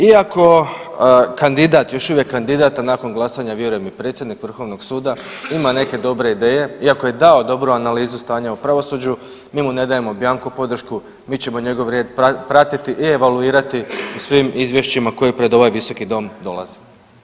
Iako kandidat, još uvijek kandidat, a nakon glasanja, vjerujem i predsjednik Vrhovnog suda ima neke dobre ideje i ako je dao dobru analizu stanja u pravosuđu, mi mu ne dajemo bjanko podršku, mi ćemo njegov red pratiti i evaluirati svim izvješćima koji pred ovaj Visoki dom dolazi.